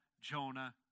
Jonah